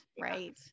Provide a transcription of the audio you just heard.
Right